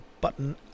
button